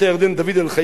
חננאל דורני,